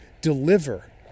deliver